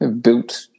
built